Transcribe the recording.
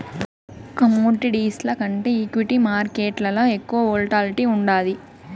కమోడిటీస్ల కంటే ఈక్విటీ మార్కేట్లల ఎక్కువ వోల్టాలిటీ ఉండాది